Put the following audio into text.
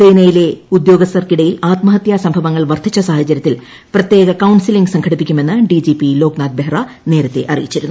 സേനയിലെ ഉദ്യോഗസ്ഥർക്കിടയിൽ ആത്മഷ്ടത്യ സംഭവങ്ങൾ വർദ്ധിച്ച സാഹചര്യത്തിൽ പ്രത്യേക കൌൺസിലിംഗ് സംഘടിപ്പിക്കുമെന്ന് D G P Loknath Behra നേരത്തെ അറിയിച്ചിരുന്നു